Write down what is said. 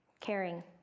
caring.